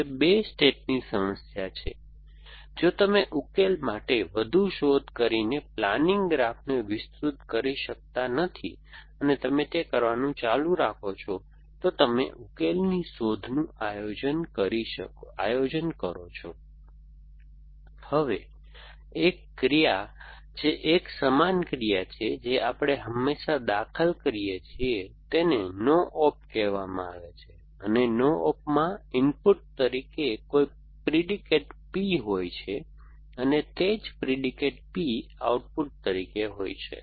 તે 2 સ્ટેટની સમસ્યા છે જો તમે ઉકેલ માટે વધુ શોધ કરીને પ્લાનિંગ ગ્રાફને વિસ્તૃત કરી શકતા નથી અને તમે તે કરવાનું ચાલુ રાખો છો તો તમે ઉકેલની શોધનું આયોજન કરો છો હવે એક ક્રિયા જે એક સમાન ક્રિયા છે જે આપણે હંમેશા દાખલ કરીએ છીએ તેને નો ઓપ કહેવામાં આવે છે અને નો ઓપમાં ઇનપુટ તરીકે કોઈ પ્રીડિકેટ P હોય છે અને તે જ પ્રિડિકેટ P આઉટપુટ તરીકે હોય છે